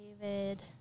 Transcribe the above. David